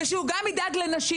ושהוא גם ידאג לנשים.